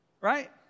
Right